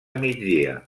migdia